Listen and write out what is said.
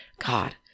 God